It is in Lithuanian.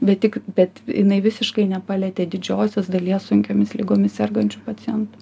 bet tik bet jinai visiškai nepalietė didžiosios dalies sunkiomis ligomis sergančių pacientų